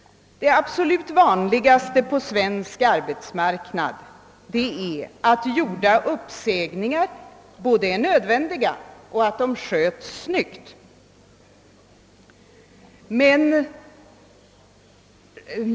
Det absolut vanligaste på svensk arbetsmarknad är att gjorda uppsägningar både är nödvändiga och har skötts snyggt.